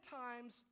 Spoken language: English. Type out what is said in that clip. times